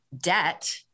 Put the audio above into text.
debt